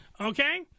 Okay